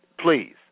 Please